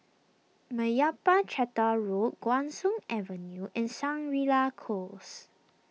Meyappa Chettiar Road Guan Soon Avenue and Shangri La Close